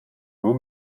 nur